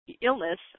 illness